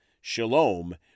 shalom